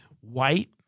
White